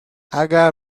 اگر